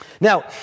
Now